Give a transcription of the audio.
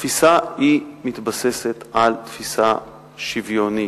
התפיסה מתבססת על תפיסה שוויונית,